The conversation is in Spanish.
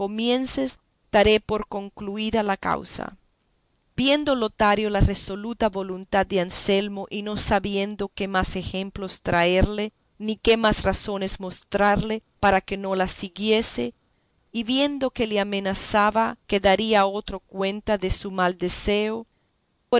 comiences daré por concluida la causa viendo lotario la resoluta voluntad de anselmo y no sabiendo qué más ejemplos traerle ni qué más razones mostrarle para que no la siguiese y viendo que le amenazaba que daría a otro cuenta de su mal deseo